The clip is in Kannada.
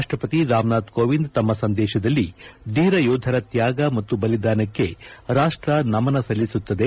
ರಾಷ್ಸಪತಿ ರಾಮನಾಥ್ ಕೋವಿಂದ್ ತಮ್ನ ಸಂದೇತದಲ್ಲಿ ಧೀರ ಯೋಧರ ತ್ನಾಗ ಮತ್ತು ಬಲಿದಾನಕ್ಕೆ ರಾಷ್ಸ ನಮನ ಸಲ್ಲಿಸುತ್ತದೆ